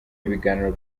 ibiganiro